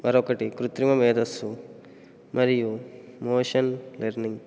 మరొకటి కృత్రిమ మేదస్సు మరియు మెషిన్ లెర్నింగ్